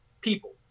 people